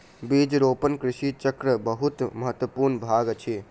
बीज रोपण कृषि चक्रक बहुत महत्वपूर्ण भाग अछि